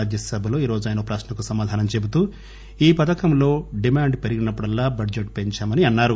రాజ్యసభలో ఈ రోజు ఆయన ఒక ప్రక్న కు సమాధానం చెబుతూ ఈ పథకంలో డిమాండ్ పెరిగినప్పుడల్లా బడ్జెట్ పెంచామని అన్నారు